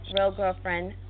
realgirlfriend